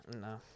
no